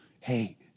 Hey